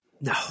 No